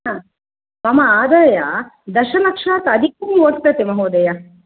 हा मम आदाय दशलक्षात् अधिकं वर्तते महोदय